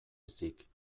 ezik